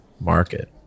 market